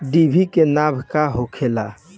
डिभी के नाव का होखेला?